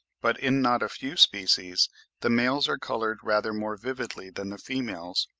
but in not a few species the males are coloured rather more vividly than the females,